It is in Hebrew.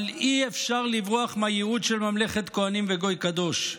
אבל אי-אפשר לברוח מהייעוד של ממלכת כוהנים וגוי קדוש.